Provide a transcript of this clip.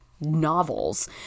Novels